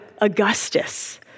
Augustus